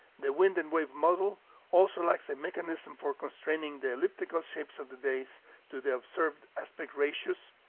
the wind and wave model also lacks a mechanism for constraining the elliptical shapes of the bays to the observed aspect ratios,